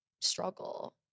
struggle